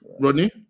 Rodney